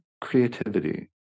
creativity